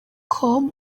com